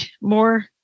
more